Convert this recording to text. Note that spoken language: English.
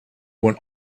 when